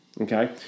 Okay